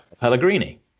Pellegrini